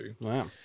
wow